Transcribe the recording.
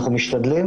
אנחנו צריכים